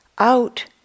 out